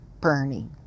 Bernie